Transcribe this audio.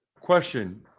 Question